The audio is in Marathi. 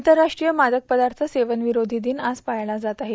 आंतरराष्ट्रीय मादक पदार्थ सेवन विरोषी दिन आज पाळला जात आहे